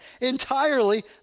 Entirely